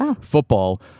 football